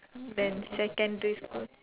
than secondary school